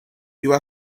iba